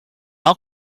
all